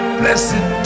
blessed